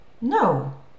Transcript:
No